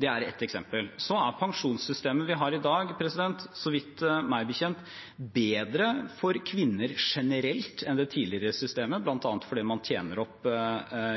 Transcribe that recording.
Det er ett eksempel. Pensjonssystemet vi har i dag, er meg bekjent bedre for kvinner generelt enn det tidligere systemet, bl.a. fordi man tjener opp